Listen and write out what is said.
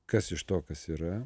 kas iš to kas yra